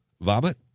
vomit